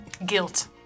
Guilt